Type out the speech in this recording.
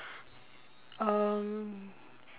um